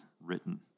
written